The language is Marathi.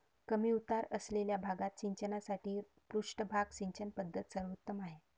कमी उतार असलेल्या भागात सिंचनासाठी पृष्ठभाग सिंचन पद्धत सर्वोत्तम आहे